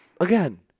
again